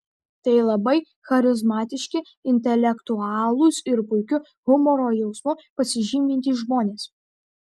tai labai charizmatiški intelektualūs ir puikiu humoro jausmu pasižymintys žmonės